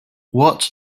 what